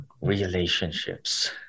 Relationships